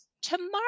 tomorrow